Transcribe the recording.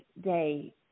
day